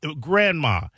Grandma